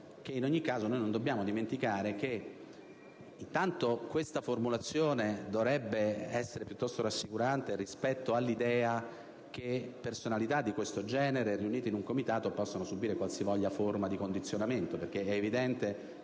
ore. Innanzitutto, non dobbiamo dimenticare che questa formulazione dovrebbe essere piuttosto rassicurante rispetto all'idea che personalità del genere, riunite in un comitato, possano subire una qualsivoglia forma di condizionamento. È evidente